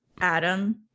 Adam